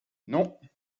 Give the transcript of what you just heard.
non